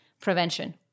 prevention